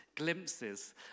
Glimpses